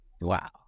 Wow